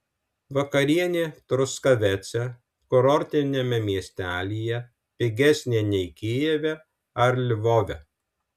vakarienė truskavece kurortiniame miestelyje pigesnė nei kijeve ar lvove